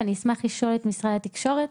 ואני אשמח לשאול את משרד התקשורת.